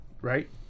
Right